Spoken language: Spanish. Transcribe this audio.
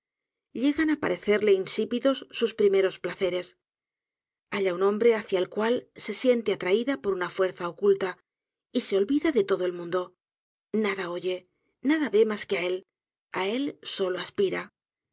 llegan á parecerle insípidos sus primeros placeres halla un hombre hacia el cual se siente atraída por una fuerza oculta y se olvida de todo el mundo nada oye nada ve mas que á el á él solo aspira